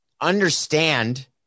understand